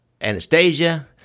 Anastasia